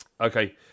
Okay